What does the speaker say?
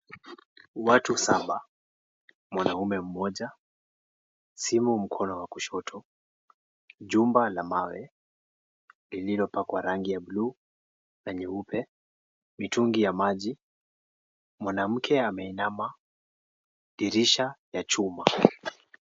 Watu saba, mwanaume mmoja, simu mkono wa kushoto. Jumba la mawe lililopakwa rangi ya blue na nyeupe, mitungi ya maji, mwanamke ameinama, dirisha ya chuma.